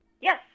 yes